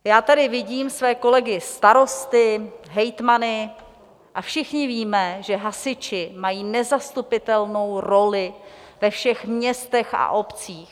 Já tady vidím své kolegy starosty, hejtmany a všichni víme, že hasiči mají nezastupitelnou roli ve všech městech a obcích.